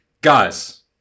guys